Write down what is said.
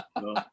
No